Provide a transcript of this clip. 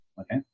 Okay